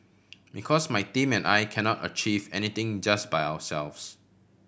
because my team and I cannot achieve anything just by ourselves